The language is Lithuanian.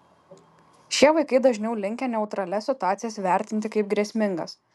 šie vaikai dažniau linkę neutralias situacijas vertinti kaip grėsmingas